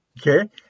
okay